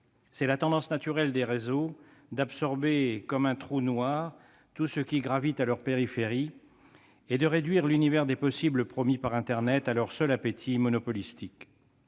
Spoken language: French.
C'est la tendance naturelle des réseaux d'absorber, comme un trou noir, tout ce qui gravite à leur périphérie et de réduire l'univers des possibles promis par internet à leur seul appétit monopolistique.